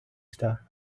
star